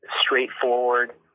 straightforward